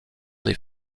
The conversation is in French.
des